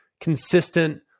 consistent